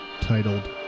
titled